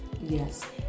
yes